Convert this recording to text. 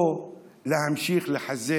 או להמשיך לחזק,